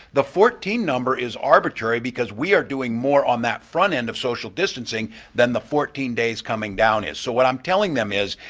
the fourteen number is arbitrary because we are doing more on that front end of social distancing than the fourteen days coming down is, so what i'm telling them is,